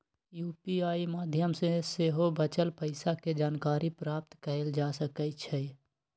UPI माध्यम से सेहो बचल पइसा के जानकारी प्राप्त कएल जा सकैछइ